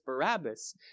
Barabbas